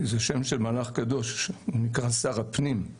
כי זה שם של מלאך קדוש, שנקרא שר הפנים.